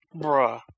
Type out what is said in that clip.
Bruh